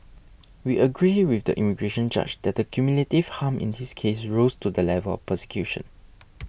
we agree with the immigration judge that the cumulative harm in this case rose to the level of persecution